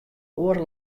oare